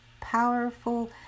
powerful